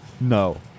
No